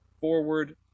forward